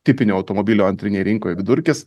tipinio automobilio antrinėj rinkoj vidurkis